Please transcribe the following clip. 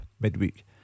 midweek